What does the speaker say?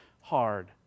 hard